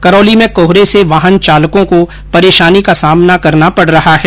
करौली में कोहरे से वाहन चालकों को परेशानी का सामना करना पड रहा है